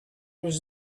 was